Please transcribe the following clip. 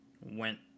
went